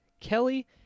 Kelly